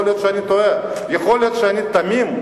יכול להיות שאני טועה, יכול להיות שאני תמים.